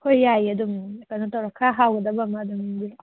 ꯍꯣꯏ ꯌꯥꯏꯌꯦ ꯑꯗꯨꯝ ꯀꯩꯅꯣ ꯇꯧꯔꯣ ꯈꯔ ꯍꯥꯎꯒꯗꯕ ꯑꯃ ꯑꯗꯨꯝ ꯄꯤꯕꯤꯔꯛꯑꯣ